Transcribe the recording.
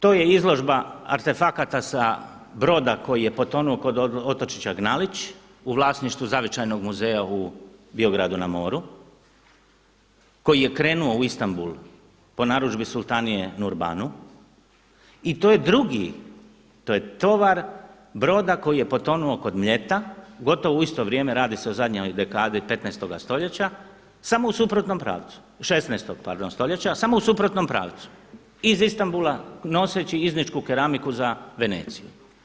To je izložba artefakata sa broda koji je potonuo kod otočića Gnalić u vlasništvu zavičajnog muzeja u Biogradu na moru koji je krenuo u Istambul po narudžbi sultanije Nurbanu i to je drugi, to je tovar broda koji je potonuo kod Mljeta gotovo u isto vrijeme, radi se o zadnjoj dekadi 15.-oga stoljeća samo u suprotnom pravcu, 16.-og pardon stoljeća samo u suprotnom pravcu iz Istambula noseći izničku keramiku za Veneciju.